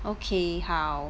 okay 好